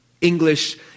English